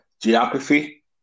geography